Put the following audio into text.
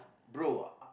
bro